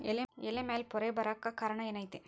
ಎಲೆ ಮ್ಯಾಲ್ ಪೊರೆ ಬರಾಕ್ ಕಾರಣ ಏನು ಐತಿ?